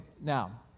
now